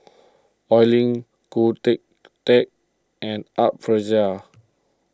Oi Lin Khoo Teik and Art Fazil